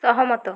ସହମତ